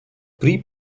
pre